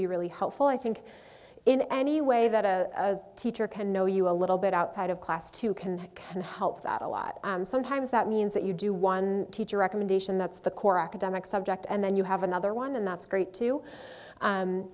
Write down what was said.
be really helpful i think in any way that a teacher can know you a little bit outside of class to can can help that a lot sometimes that means that you do one teacher recommendation that's the core academic subject and then you have another one and that's great too